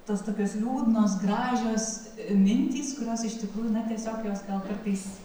tos tokios liūdnos gražios mintys kurios iš tikrųjų na tiesiog jos gal kartais